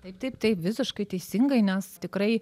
taip taip tai visiškai teisingai nes tikrai